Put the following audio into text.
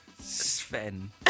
Sven